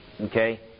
Okay